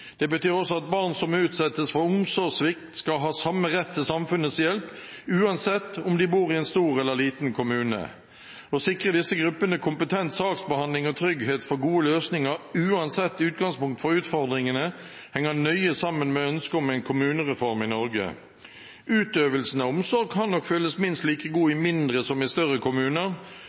Det betyr også at barn som utsettes for omsorgssvikt, skal ha samme rett til samfunnets hjelp uansett om de bor i en stor eller liten kommune. Å sikre disse gruppene kompetent saksbehandling og trygghet for gode løsninger uansett utgangspunkt for utfordringene henger nøye sammen med ønsket om en kommunereform i Norge. Utøvelsen av omsorg kan nok føles minst like god i mindre som i større kommuner,